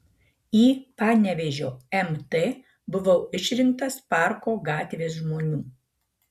į panevėžio mt buvau išrinktas parko gatvės žmonių